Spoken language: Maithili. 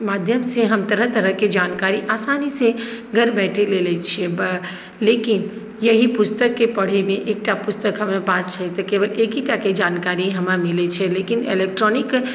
माध्यम से हम तरह तरहके जानकारी आसानी से घर बैठे ले लैत छियै लेकिन इएह पुस्तकके पढ़ैमे एकटा पुस्तक हमरा पास छै तऽ केवल एक ही टाके जानकारी हमरा मिलैत छै लेकिन इलेक्ट्रॉनिक